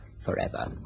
forever